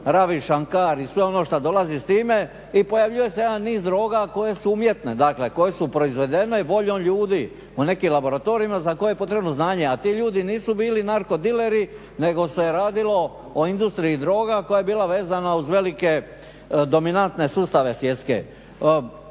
ravišan kard i sve ono što dolazi s time i pojavljiva se jedan niz droga koje su umjetne, dakle koje su proizvedene voljom ljudi u nekim laboratorijima za koje je potrebno znanje a ti ljudi nisu bili narko dileri nego se radilo o industriji droga koja je bila vezna uz velike dominantne sustave svjetske.